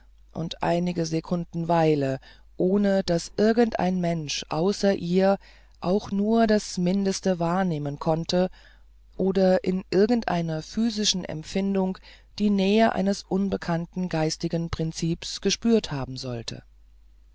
und einige sekunden weile ohne daß irgendein mensch außer ihr auch nur das mindeste wahrnehmen konnte oder in irgendeiner psychischen empfindung die nähe eines unbekannten geistigen prinzips gespürt haben sollte